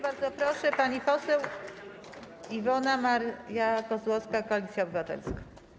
Bardzo proszę, pani poseł Iwona Maria Kozłowska, Koalicja Obywatelska.